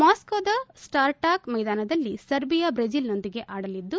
ಮಾಸ್ಕೋದ Spartak ಮೈದಾನದಲ್ಲಿ Serbia ಬ್ರೆಜಿಲ್ನೊಂದಿಗೆ ಆಡಲಿದ್ದು